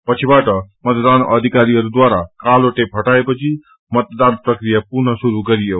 पछिबाट मतदान अधिकारीहरूद्वारा कालो टेप हटाएपछि मतदान प्रक्रिया पुनः श्रुरू गरियो